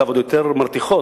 אגב עוד יותר מרתיחות,